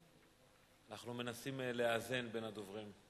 אנחנו מנסים לאזן בין הדוברים.